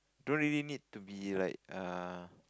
don't really need to be like uh